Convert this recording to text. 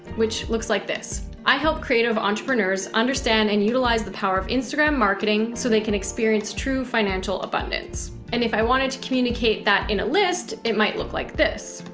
which looks like this. i help creative entrepreneurs understand and utilize the power of instagram marketing so they can experience true financial abundance. and if i wanted to communicate that in a list, it might look like this.